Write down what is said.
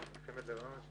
הדיון.